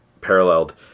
paralleled